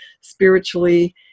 spiritually